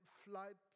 flight